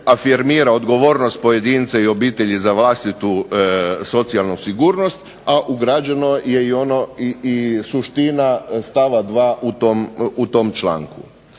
afirmira odgovornost pojedinca i obitelji za vlastitu socijalnu sigurnost, a ugrađeno je i suština stavka 2. u tom članku.